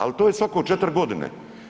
Ali to je svako 4 godine.